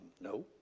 no